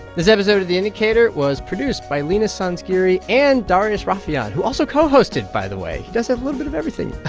this episode of the indicator was produced by lena sansgarry and darius rafieyan, who also co-hosted, by the way. he does a little bit of everything.